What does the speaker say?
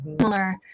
similar